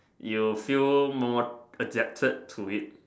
you feel more adapted to it